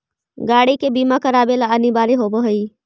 गाड़ि के बीमा करावे ला अनिवार्य होवऽ हई